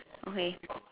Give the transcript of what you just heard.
okay